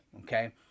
Okay